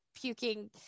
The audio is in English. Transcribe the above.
puking